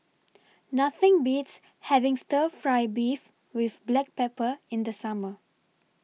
Nothing Beats having Stir Fry Beef with Black Pepper in The Summer